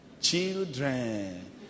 children